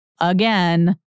again